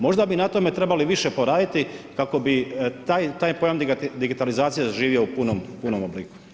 Možda bi na tome trebali više poraditi, kako bi taj pojam digitalizacije doživio u punom obliku.